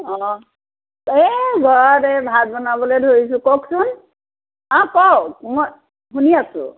অঁ এই ঘৰত এই ভাত বনাবলৈ ধৰিছোঁ কওকচোন অঁ কওক মই শুনি আছোঁ